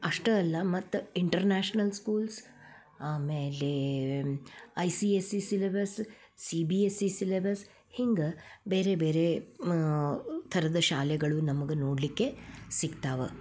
ಅಷ್ಟು ಅಲ್ಲ ಮತ್ತು ಇಂಟರ್ನ್ಯಾಶ್ನಲ್ ಸ್ಕೂಲ್ಸ್ ಆಮೇಲೆ I C S C syllabus C B S C syllabus ಹಿಂಗೆ ಬೇರೆ ಬೇರೆ ಥರದ ಶಾಲೆಗಳು ನಮಗೆ ನೋಡಲ್ಲಿಕ್ಕೆ ಸಿಗ್ತಾವ